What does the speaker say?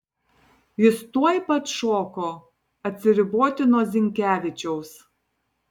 jis tuoj pat šoko atsiriboti nuo zinkevičiaus